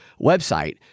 website